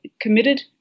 committed